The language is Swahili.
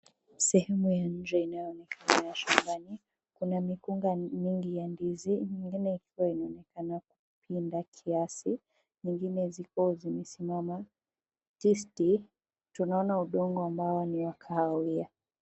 Sehemu ya nje inayonekana ni ya shambani. Kuna migomba mingi ya ndizi, nyingine ikiwa inaonekana kupinda kiasi, nyingine ziko zimesimama tisti. Tunaona udongo ambao ni wa kahawia.